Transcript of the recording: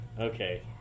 Okay